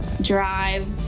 drive